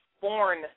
born